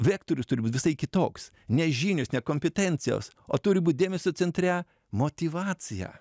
vektorius turi būt visai kitoks ne žinios ne kompetencijos o turi būt dėmesio centre motyvacija